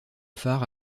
phare